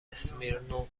اسمیرنوو